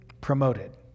Promoted